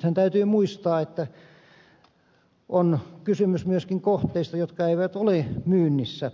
nythän täytyy muistaa että on kysymys myöskin kohteista jotka eivät ole myynnissä